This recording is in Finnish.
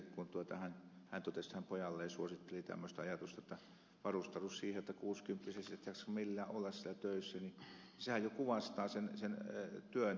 kun hän totesi että hän pojalleen suositteli tämmöistä ajatusta jotta varustaudu siihen jotta kuusikymppiseksi et jaksa millään olla siellä töissä niin sehän jo kuvastaa sen työn raskautta